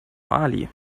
mali